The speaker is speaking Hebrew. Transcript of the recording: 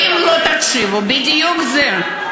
אם לא תקשיבו, בדיוק זה.